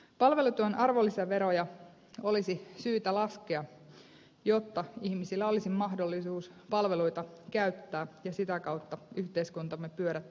palvelutyön arvonlisäveroja olisi syytä laskea jotta ihmisillä olisi mahdollisuus palveluita käyttää ja sitä kautta yhteiskuntamme pyörät pyörisivät